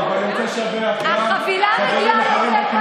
החבילה מגיעה יותר